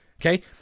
Okay